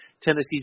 Tennessee's